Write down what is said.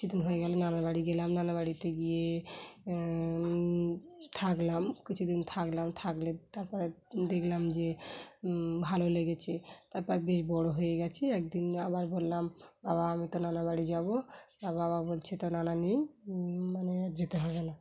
কিছুদিন হয়ে গেল নানির বাাড়ি গেলাম নানা বাাড়িতে গিয়ে থাকলাম কিছুদিন থাকলাম থাকলে তারপরে দেখলাম যে ভালো লেগেছে তারপর বেশ বড়ো হয়ে গেছে একদিন আবার বললাম বাবা আমি তো নান বাাড়ি যাবো আর বাবা বলছে তো নানা নেই মানে যেতে হবে না